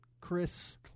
Chris